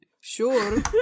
Sure